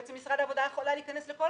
ובעצם משרד העבודה היה יכול להיכנס לכל